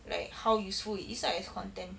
like how useful it is ah it's content